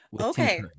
okay